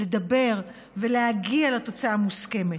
לדבר ולהגיע לתוצאה מוסכמת,